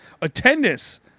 Attendance